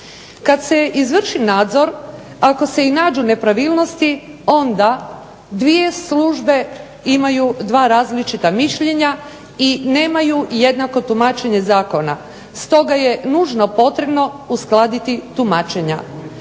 Kad se izvrši nadzor, ako se i nađu nepravilnosti onda dvije službe imaju dva različita mišljenja i nemaju jednako tumačenje zakona. Stoga je nužno potrebno uskladiti tumačenja.